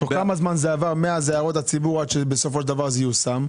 תוך כמה זמן זה עבר מאז הערות הציבור עד שבסופו של דבר זה יושם?